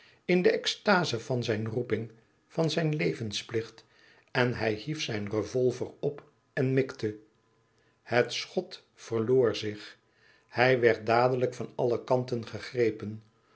in de extaze van zijne roeping van zijn levensplicht en hij hief zijn revolver op en mikte het schot verloor zich hij werd dadelijk van alle kanten gegrepen